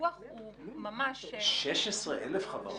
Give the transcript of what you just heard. הפיקוח הוא ממש --- 16,000 חברות?